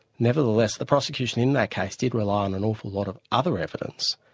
nevertheless the prosecution in that case did rely on an awful lot of other evidence,